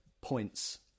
points